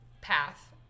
path